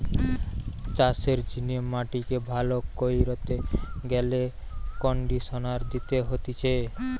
চাষের জিনে মাটিকে ভালো কইরতে গেলে কন্ডিশনার দিতে হতিছে